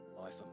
Life